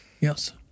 Yes